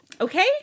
okay